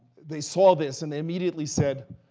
they saw this, and they immediately said,